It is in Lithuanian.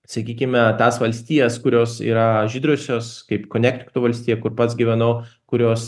sakykime tas valstijas kurios yra žydrosios kaip konektikto valstija kur pats gyvenau kurios